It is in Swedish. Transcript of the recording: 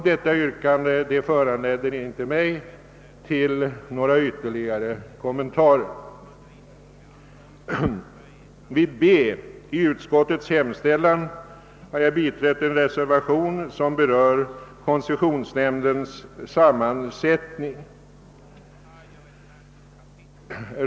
Detta yrkande föranleder inte mig att göra några ytterligare kommentarer. Vid B i utskottets hemställan har jag biträtt en reservation, betecknad II, som berör koncessionsnämndens sammansättning.